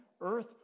earth